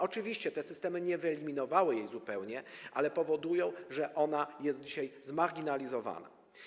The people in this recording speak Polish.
Oczywiście te systemy nie wyeliminowały jej zupełnie, ale powodują, że ona jest dzisiaj zmarginalizowana.